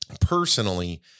personally